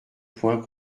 point